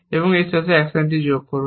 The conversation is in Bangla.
এবং এর শেষে অ্যাকশনটি যোগ করেন